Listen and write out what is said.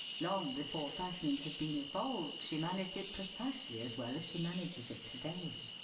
long before fashions had been evolved she managed it precisely as well as she manages it to-day.